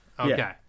Okay